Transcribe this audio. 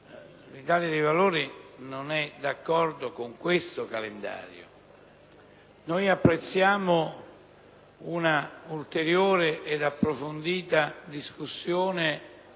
l'Italia dei Valori non è d'accordo con questo calendario. Apprezziamo un'ulteriore e approfondita discussione